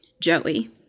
Joey